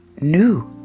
new